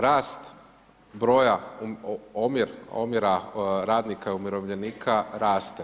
Rast broja, omjera radnika i umirovljenika raste.